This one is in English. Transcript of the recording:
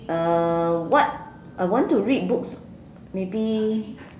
uh what I want to read books maybe